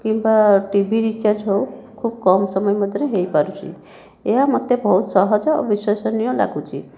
କିମ୍ବା T V recharge ହଉ ଖୁବ କମ୍ ସମୟ ମଧ୍ୟରେ ହେଇପାରୁଛି ଏହା ମୋତେ ବହୁତ ସହଜ ଓ ବିଶ୍ୱସନୀୟ ଲାଗୁଛି